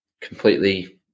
completely